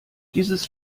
dieses